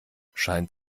scheint